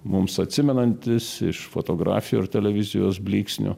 mums atsimenantis iš fotografijų ir televizijos blyksnių